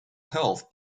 health